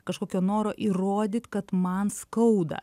kažkokio noro įrodyt kad man skauda